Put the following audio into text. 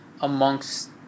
amongst